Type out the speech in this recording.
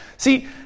See